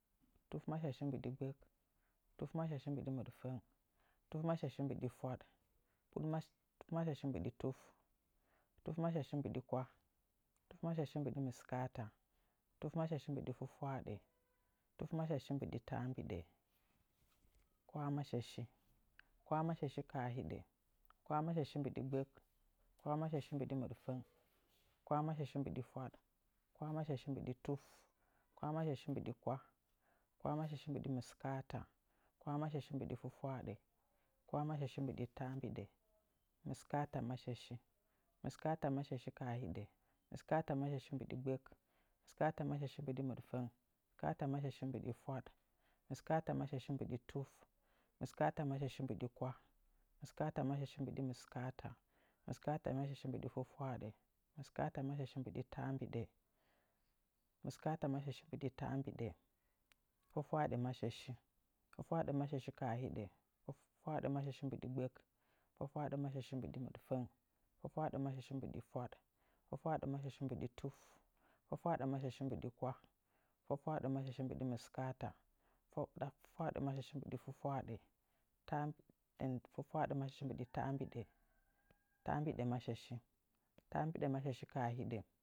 Tufmashashi mbɨɗi gbək tufmashashi mbɨɗi mɨɗfəng tufmashashi mbɨɗi fwaɗ tufmashashi mbɨɗi tuf tufmashashi mbɨɗi kwah tufmashashi mbɨɗi mɨskaata tufmashashi mbɨɗi fwat waaɗə tufmashashi mbɨɗi taambiɗə kwahmashashi kwahmashashi kaa hiɗa kwahmashashi mbɨɗi gɓak kwahmashashi mbɨɗi mɨɗfəng kwahmashashi mbɨɗi tuf kwahmashashi mbɨɗi kwah kwahmashashi mbɨɗi mɨskaata kwahmashashi mbɨɗi fwafwaaɗə kwahmashashi mbɨɗi taambiɗə mɨskaatamashashi mɨskaatamashashi kaa hiɗə mɨskaatamashashi mbɨɗi gbək mɨskaatamashashi mbɨɗi mɨɗfəng mɨskaatamashashi mbɨɗi fwaɗ mɨskaatamashashi mbɨɗi tuf mɨskaatamashashi mbɨɗi kwah mɨskaatamashashi mbɨɗi mɨskaata mɨskaatamashashi mbɨɗi fwafwaaɗə mɨskaatamashashi mbɨɗi taambiɗa fwatwaaɗəmashashi fwatwaaɗəmashashi kaa hiɗa fwatwaaɗəmashashi mbɨɗi gbək fwatwaaɗəmashashi mbɨɗi mɨɗfəng fwatwaaɗəmashashi mbɨɗi fwad fwatwaaɗəmashashi mbɨɗi tuf fwatwaaɗəmashashi mbɨɗi kwah fwatwaaɗəmashashi mbɨɗi mɨskaata fwatwaaɗəmashashi mbɨɗi fwafwaaɗə fwatwaaɗəmashashi mbɨɗi taambiɗə taambɨɗimashashi taambɨɗimashashi kaahide